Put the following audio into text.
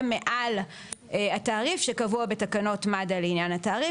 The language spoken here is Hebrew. מעל התעריף שקבוע בתקנות מד"א לעניין התעריף.